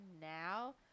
now